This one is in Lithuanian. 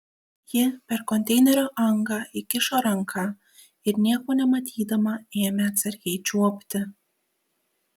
ji per konteinerio angą įkišo ranką ir nieko nematydama ėmė atsargiai čiuopti